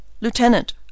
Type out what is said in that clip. Lieutenant